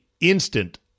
instant